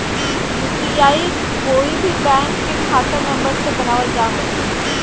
UPI कोय भी bank के खाता नंबर से बनावल जा हइ